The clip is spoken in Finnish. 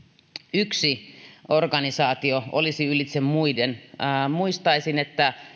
yksi organisaatio olisi ylitse muiden muistelen että